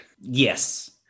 Yes